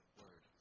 word